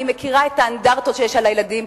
אני מכירה את האנדרטות שיש לזכר הילדים,